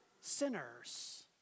sinners